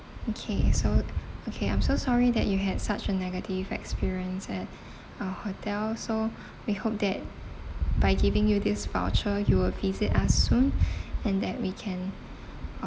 okay so okay I'm so sorry that you had such a negative experience at our hotel so we hope that by giving you this voucher you will visit us soon and that we can